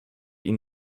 ihn